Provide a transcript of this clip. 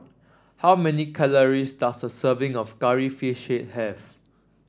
how many calories does a serving of Curry Fish Head have